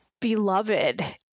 beloved